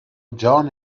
جان